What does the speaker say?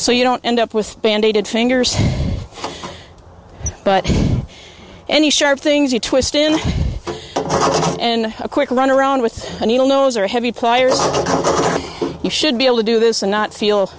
so you don't end up with band aid fingers but any sharp things you twist in in a quick learner around with the a needle nose or heavy pliers you should be able to do this and not feel